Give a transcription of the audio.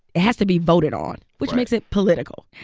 has to be voted on, which makes it political.